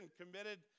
committed